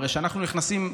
הרי כשאנחנו נכנסים,